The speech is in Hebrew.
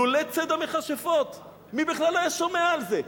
לולא ציד המכשפות מי בכלל היה שומע על זה?